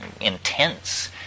intense